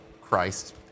Christ